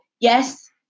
yes